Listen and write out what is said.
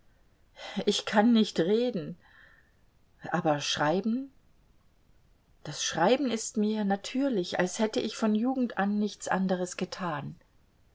ich kann nicht reden aber schreiben das schreiben ist mir natürlich als hätte ich von jugend an nichts anderes getan